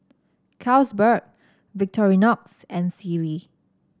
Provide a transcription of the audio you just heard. Carlsberg Victorinox and Sealy